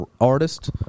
artist